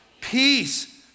Peace